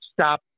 stop